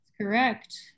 Correct